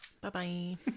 Bye-bye